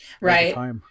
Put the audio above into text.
Right